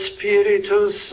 Spiritus